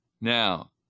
Now